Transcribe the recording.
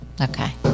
Okay